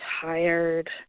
tired